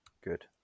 Good